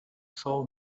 saw